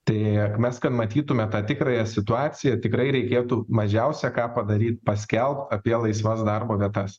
tai mes kad matytume tą tikrąją situaciją tikrai reikėtų mažiausia ką padaryt paskelbt apie laisvas darbo vietas